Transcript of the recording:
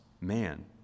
man